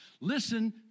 Listen